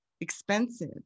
expensive